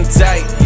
tight